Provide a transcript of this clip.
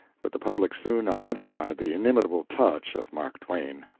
but the public soon identified the inimitable touch of mark twain.